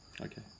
Okay